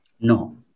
No